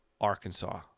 Arkansas